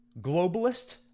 globalist